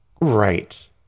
right